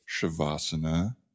shavasana